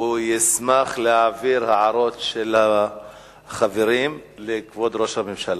והוא ישמח להעביר הערות של החברים לכבוד ראש הממשלה.